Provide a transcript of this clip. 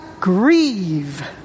grieve